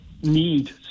need